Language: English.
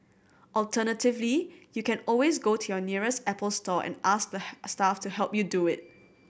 alternatively you can always go to your nearest Apple store and ask the staff to help you do it